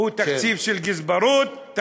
הוא תקציב של גזברות, כן.